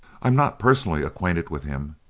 i'm not personally acquainted with him,